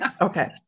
okay